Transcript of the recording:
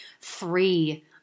three